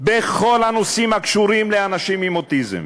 בכל הנושאים הקשורים לאנשים עם אוטיזם.